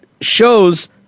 shows